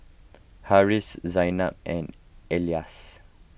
Harris Zaynab and Elyas